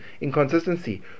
inconsistency